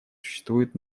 существует